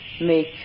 make